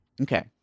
Okay